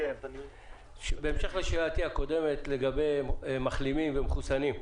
בהמשך לשאלתי הקודמת לגבי מחלימים ומחוסנים,